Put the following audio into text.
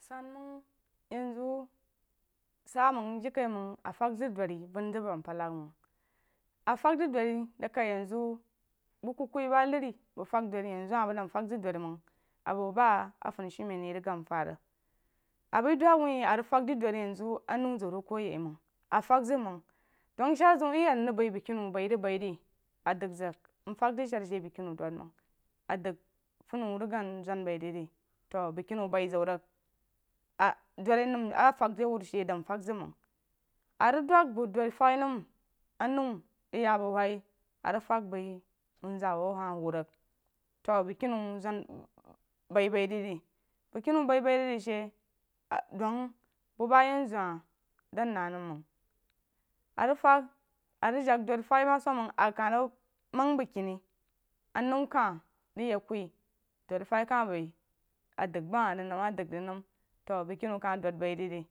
San mənya yen zu sah məng jirikaiməng a fəg zəg duri vən zəg a ngbanlag məng a fəg zəg duri dag kah yen zu bəng ku ku yi ba nari bəng fəg duri yen zu hah bəng dan fəg zəg duri məng a bo ba funshumen yeh rig gan fad rig a bəi dəng wuh a rig fəg di duri yen ziu a nuo ziw rig ku a yeh məng a fəg zəg məng duh sher ziw ye ya mríg bəí nəng keni wu bəi rig bəi ri a dəng zəg mfəg zəg sher shi mag keni wu dun məng deng funi wu rig dang zun bəi rig rí to bogkeni wio rig bai ziu rig a dori nəm a fəg di wuru shi a dan fəg zəg məng a rig dəng bəng duri fəg nəm a nau rig ya bu huuyah a rig fəg bəi wun za wu a hah huu rig to bəng kani wu zun baibai rig ri bəg keni wu bai bai re she a dəng bu ba yen ziu hah dən nəm məng a rig fəg a rig jah duri fəg ma soməng a kah rig məng bagkene a naw isah rig yeh kuyi duri fəg kah bəi a daggba hah rig nəm a dəng ríg nəm to bugkeni wu kah dum bəi rig ri